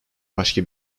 başka